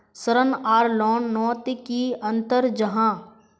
ऋण आर लोन नोत की अंतर जाहा?